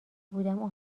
بودم